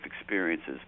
experiences